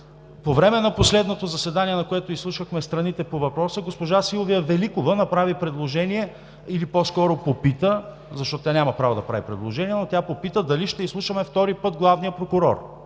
По време на последното заседание, на което изслушвахме страните по въпроса, госпожа Силвия Великова направи предложение, или по-скоро попита, защото тя няма право да прави предложения, дали ще изслушаме втори път главния прокурор